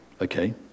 okay